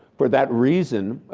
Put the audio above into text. for that reason,